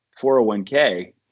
401k